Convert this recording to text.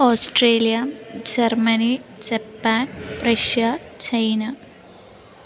Australia Germany Japan Russia China